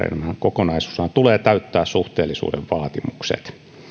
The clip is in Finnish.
kokonaisuudessaan tulee täyttää suhteellisuuden vaatimukset